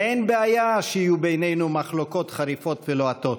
אין בעיה שיהיו בינינו מחלוקות חריפות ולוהטות,